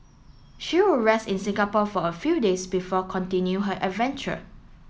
she will rest in Singapore for a few days before continue her adventure